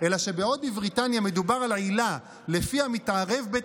אלא שבעוד בבריטניה מדובר על עילה שלפיה מתערב בית